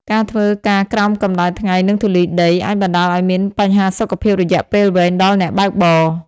ការធ្វើការក្រោមកម្តៅថ្ងៃ និងធូលីដី អាចបណ្តាលឱ្យមានបញ្ហាសុខភាពរយៈពេលវែងដល់អ្នកបើកបរ។